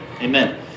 Amen